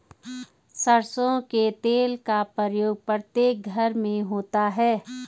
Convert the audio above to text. सरसों के तेल का प्रयोग प्रत्येक घर में होता है